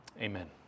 Amen